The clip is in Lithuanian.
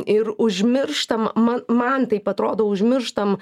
ir užmirštam man man taip atrodo užmirštam